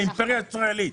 האימפריה הישראלית.